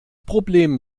problem